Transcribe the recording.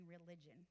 religion